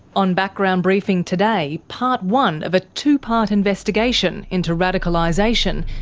on background briefing today, part one of a two-part investigation into radicalisation,